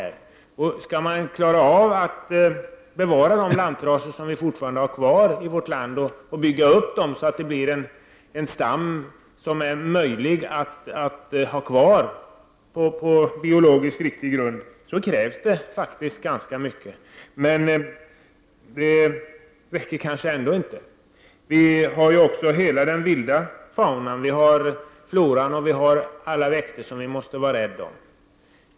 Om vi skall klara av att bevara de lantraser som vi fortfarande har kvar i vårt land och bygga upp dem så att de utgör stammar som är möjliga att ha kvar på en biologiskt riktig grund, då krävs faktiskt ganska mycket. Men det räcker kanske ändå inte. Vi har ju dessutom hela den vilda faunan, floran och alla växter som vi måste vara rädda om.